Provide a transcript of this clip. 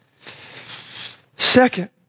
Second